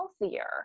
healthier